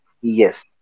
Yes